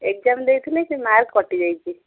exam ଦେଇଥିଲେ ସେ mark କଟି ଯାଇଛି